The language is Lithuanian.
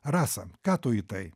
rasa ką tu į tai